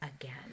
again